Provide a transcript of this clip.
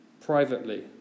privately